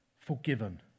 forgiven